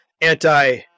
anti